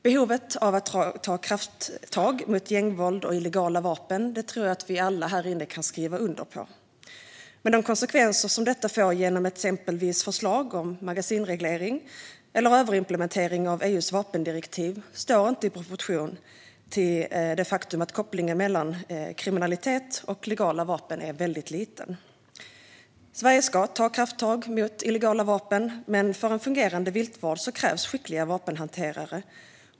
Behovet av att ta krafttag mot gängvåld och illegala vapen tror jag att vi alla här inne kan skriva under på, men de konsekvenser som det får - exempelvis genom förslag om magasinreglering eller överimplementering av EU:s vapendirektiv - står inte i proportion till det faktum att kopplingen mellan kriminalitet och legala vapen är väldigt svag. Sverige ska ta krafttag mot illegala vapen, men för en fungerande viltvård krävs skickliga vapenhanterare.